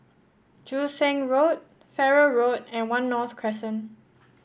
Joo Seng Road Farrer Road and One North Crescent